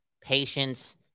patience